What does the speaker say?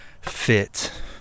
fit